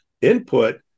input